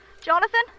Jonathan